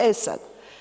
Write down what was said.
E sad.